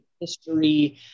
history